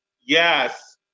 Yes